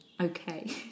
okay